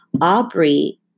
Aubrey